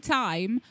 time